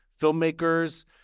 filmmakers